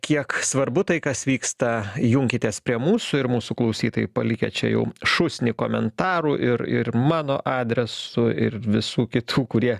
kiek svarbu tai kas vyksta junkitės prie mūsų ir mūsų klausytojai palikę čia jau šūsnį komentarų ir ir mano adresu ir visų kitų kurie